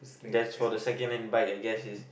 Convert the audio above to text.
there's for the secondhand bike I guess is